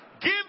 Give